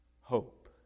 hope